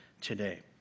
today